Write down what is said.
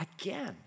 again